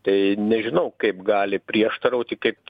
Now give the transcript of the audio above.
tai nežinau kaip gali prieštarauti kaip